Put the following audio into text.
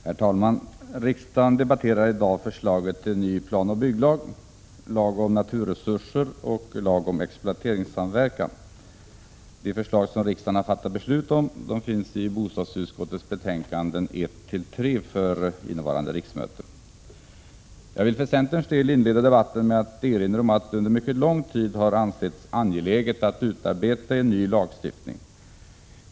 Herr talman! Riksdagen debatterar i dag förslaget till ny planoch bygglag, lag om naturresurser och lag om exploateringssamverkan. De förslag som riksdagen har att fatta beslut om finns i bostadsutskottets betänkanden 1986/87:1-3. Jag vill för centerns del inleda debatten med att erinra om att det under mycket lång tid har ansetts angeläget att utarbeta en ny lagstiftning.